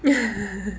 ya